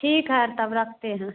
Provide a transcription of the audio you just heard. ठीक है तब रखते हैं